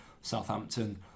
Southampton